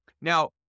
Now